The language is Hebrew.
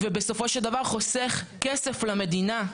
ובסופו של דבר חוסך כסף למדינה.